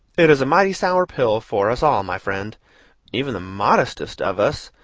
it is a mighty sour pill for us all, my friend even the modestest of us,